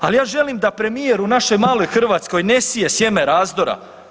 Al ja želim da premijer u našoj maloj Hrvatskoj ne sije sjeme razdora.